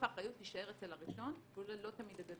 האחריות תישאר אצל הראשון ולא תמיד הוא הגדול.